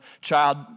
child